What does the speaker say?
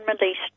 released